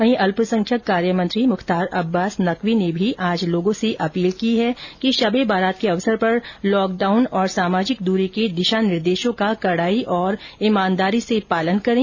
वहीं अल्पसंख्यक कार्य मंत्री मुख्तार अब्बास नकवी ने भी आज लोगों से अपील की है कि शबे बारात के अवसर पर लॉकडाउन और सामाजिक दूरी के दिशा निर्देशों का कड़ाई और ईमानदारी से पालन करें